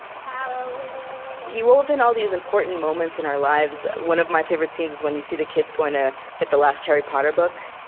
he wove in all these important moments in our lives. one of my favorite scenes is when you see the kids going to get the last harry potter book,